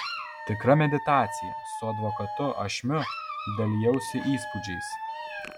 tikra meditacija su advokatu ašmiu dalijausi įspūdžiais